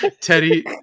Teddy